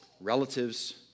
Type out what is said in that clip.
Relatives